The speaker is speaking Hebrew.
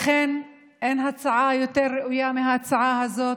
לכן, אין הצעה יותר ראויה מההצעה הזאת,